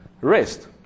rest